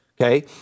Okay